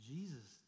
Jesus